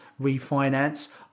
refinance